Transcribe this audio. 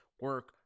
Work